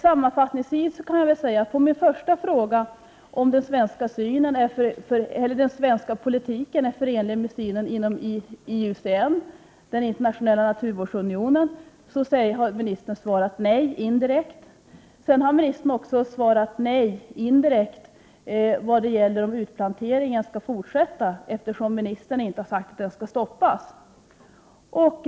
Sammanfattningsvis kan jag säga att på min första fråga om den svenska politiken är förenlig med synen inom IUCN, den internationella naturvårdsunionen, har ministern indirekt svarat nej. Ministern har också svarat nej indirekt på min fråga huruvida utplanteringen skall fortsätta, eftersom ministern inte har sagt att den skall stoppas.